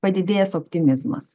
padidėjęs optimizmas